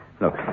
Look